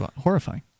horrifying